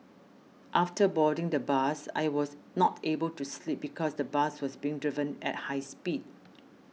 after boarding the bus I was not able to sleep because the bus was being driven at high speed